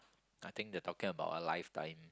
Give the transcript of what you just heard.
I think they're talking about a lifetime